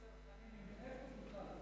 הצרכנים או הצרחנים?